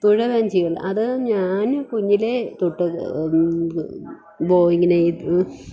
തുഴവഞ്ചിയുണ്ട് അത് ഞാൻ കുഞ്ഞിലേ തൊട്ട് ബോയിങ്ങനെ